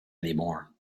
anymore